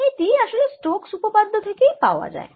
এটি আসলে স্টোক্স উপপাদ্য থেকেই পাওয়া যায়